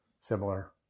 similar